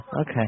Okay